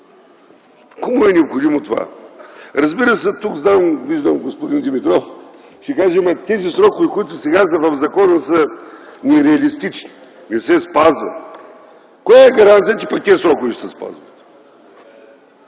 Кому е необходимо това? Разбира се, тук виждам господин Димитров, ще каже: „ама тези срокове, които са сега в закона са нереалистични, не се спазват”. Коя е гаранцията, че тези срокове ще се спазват?